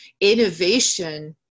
Innovation